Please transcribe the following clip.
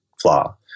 flaw